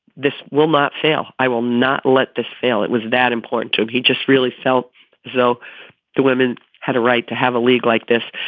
this will not fail. i will not let this fail. it was that important, too. he just really felt as though the women had a right to have a league like this.